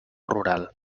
rural